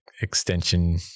extension